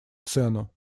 цену